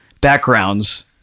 backgrounds